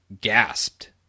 gasped